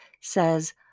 says